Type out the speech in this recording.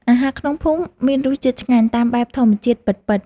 អាហារក្នុងភូមិមានរសជាតិឆ្ងាញ់តាមបែបធម្មជាតិពិតៗ។